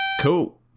Cool